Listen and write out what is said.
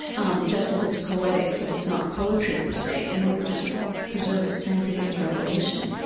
um just as it's poetic, but it's not poetry, per se, in order to sort of preserve its sanctity as revelation.